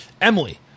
Emily